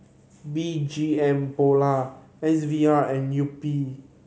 B G M Polo S V R and Yupi